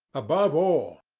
above all,